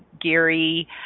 Geary